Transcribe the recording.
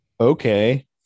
okay